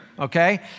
Okay